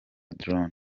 drones